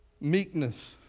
Meekness